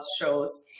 shows